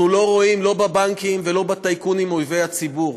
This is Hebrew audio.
אנחנו לא רואים לא בבנקים ולא בטייקונים אויבי הציבור,